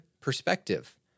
perspective